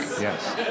Yes